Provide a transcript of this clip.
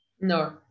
No